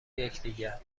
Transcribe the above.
یکدیگر